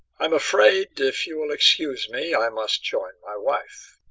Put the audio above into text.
i am afraid if you will excuse me i must join my wife.